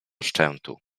szczętu